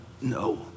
No